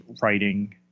writing